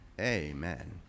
Amen